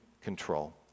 control